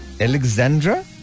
Alexandra